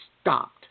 stopped